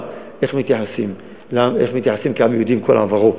איך מתייחסים כעם יהודי עם כל עברו.